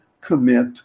commit